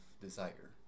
desire